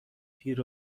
پیر